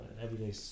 everyday